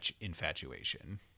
infatuation